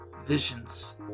Visions